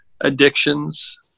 addictions